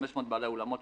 500 בעלי אולמות.